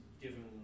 given